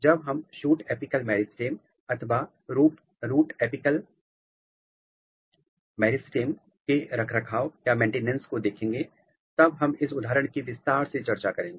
जब हम shoot apical meristem अथवा रूट एपिकल एपिकल मेरिस्टेम के रखरखाव मेंटेनेंस को देखेंगे तब हम इस उदाहरण की विस्तार से चर्चा करेंगे